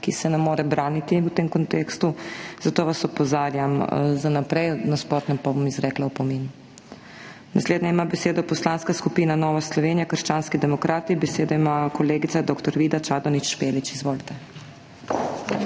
ki se ne more braniti. V tem kontekstu vas zato opozarjam za naprej, v nasprotnem pa bom izrekla opomin. Naslednja ima besedo Poslanska skupina Nova Slovenija – krščanski demokrati. Besedo ima kolegica dr. Vida Čadonič Špelič. Izvolite.